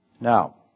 Now